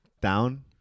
down